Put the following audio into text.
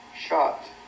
shot